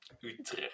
Utrecht